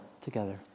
together